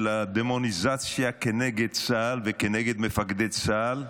הדמוניזציה כנגד צה"ל וכנגד מפקדי צה"ל,